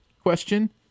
question